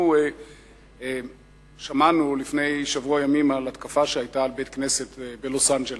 אנחנו שמענו לפני שבוע ימים על התקפה שהיתה על בית-כנסת בלוס-אנג'לס.